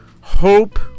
hope